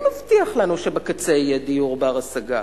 מי מבטיח לנו שבקצה יהיה דיור בר-השגה?